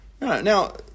Now